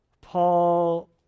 Paul